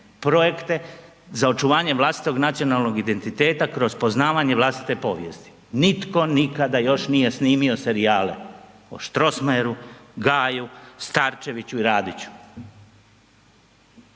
projekte za očuvanje vlastitog nacionalnog identiteta kroz poznavanje vlastite povijesti. Nitko nikada još nije snimio serijale o Strossmayeru, Gaju, Starčeviću i Radiću.